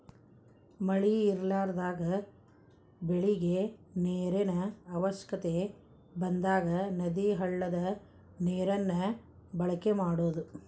ಮಳಿ ಇರಲಾರದಾಗ ಬೆಳಿಗೆ ನೇರಿನ ಅವಶ್ಯಕತೆ ಬಂದಾಗ ನದಿ, ಹಳ್ಳದ ನೇರನ್ನ ಬಳಕೆ ಮಾಡುದು